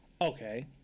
Okay